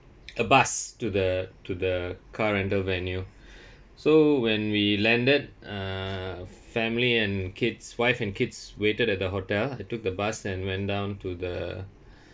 a bus to the to the car and the venue so when we landed uh f~ family and kids wife and kids waited at the hotel I took the bus and went down to the